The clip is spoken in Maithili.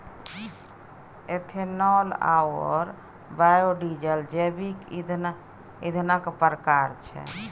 इथेनॉल आओर बायोडीजल जैविक ईंधनक प्रकार छै